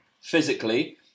physically